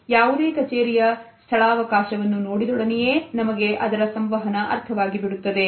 ಯಾವುದೇ ಕಚೇರಿಯ ಸ್ಥಳಾವಕಾಶವನ್ನು ನೋಡಿದೊಡನೆಯೇ ನಮಗೆ ಅದರ ಸಂವಹನ ಅರ್ಥವಾಗಿಬಿಡುತ್ತದೆ